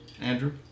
Andrew